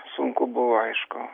sunku buvo aišku